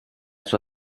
sua